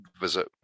visit